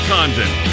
Condon